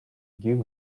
give